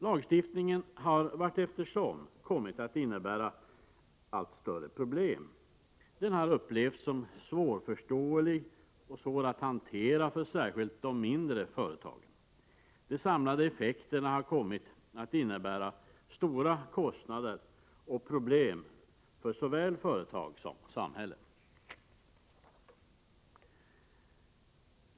Lagstiftningen har efter hand kommit att innebära allt större problem. Den har upplevts som svårförståelig och svår att hantera för särskilt de mindre företagen. De samlade effekterna har kommit att innebära stora kostnader och problem för såväl företag som samhälle.